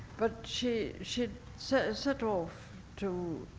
but she, she set set off to,